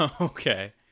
Okay